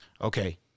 Okay